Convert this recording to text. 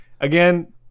again